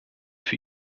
für